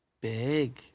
Big